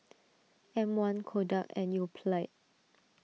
M one Kodak and Yoplait